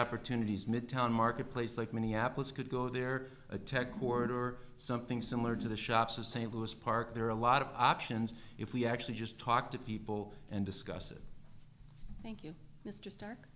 opportunities midtown marketplace like minneapolis could go there a tech order something similar to the shops of st louis park there are a lot of options if we actually just talk to people and discuss it thank you it's just th